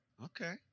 okay